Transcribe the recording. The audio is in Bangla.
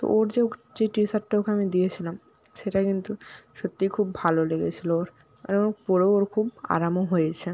তো ওর যে টি শার্টটা ওকে আমি দিয়েছিলাম সেটা কিন্তু সত্যিই খুব ভালো লেগেছিলো ওর আর ওর পরেও ওর খুব আরামও হয়েছে